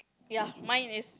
ya mine is